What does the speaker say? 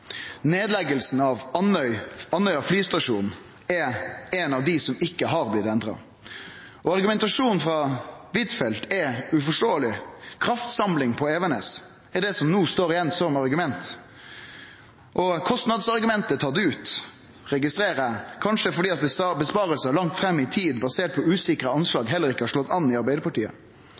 av Andøya flystasjon er av det som ikkje har blitt endra. Argumentasjonen frå Huitfeldt er uforståeleg. Kraftsamling på Evenes er det som no står igjen som argument. Og kostnadsargumentet er tatt ut, registrerer eg, kanskje fordi innsparingar langt fram i tid basert på usikre anslag heller ikkje har slått an i Arbeidarpartiet.